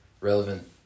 relevant